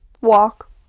walk